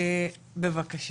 בבקשה.